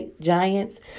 giants